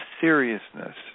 seriousness